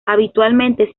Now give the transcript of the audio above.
habitualmente